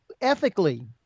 ethically